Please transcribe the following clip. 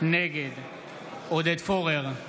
נגד עודד פורר,